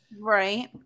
Right